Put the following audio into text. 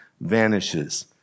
vanishes